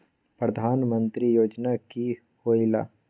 प्रधान मंत्री योजना कि होईला?